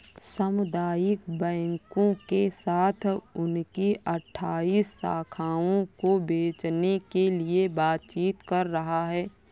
सामुदायिक बैंकों के साथ उनकी अठ्ठाइस शाखाओं को बेचने के लिए बातचीत कर रहा है